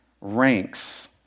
ranks